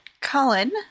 Colin